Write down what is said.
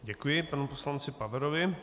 Děkuji panu poslanci Paverovi.